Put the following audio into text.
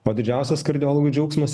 o didžiausias kardiologų džiaugsmas